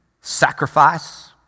sacrifice